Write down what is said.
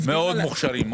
מאוד מוכשרים.